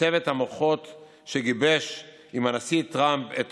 בצוות המוחות שגיבש עם הנשיא טראמפ את